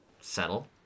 settle